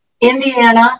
Indiana